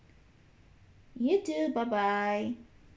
you too bye bye